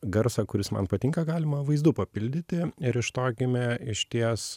garsą kuris man patinka galima vaizdu papildyti ir iš to gimė išties